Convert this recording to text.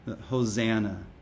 Hosanna